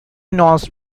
nose